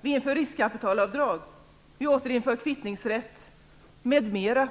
Vi inför riskkapitalavdrag. Vi återinför kvittningsrätt, m.m.